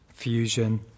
fusion